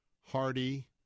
Hardy